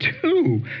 two